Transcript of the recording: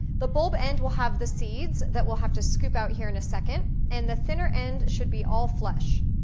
the bulb end will have the seeds that we'll have to scoop out here in a second and the thinner end should be all flesh.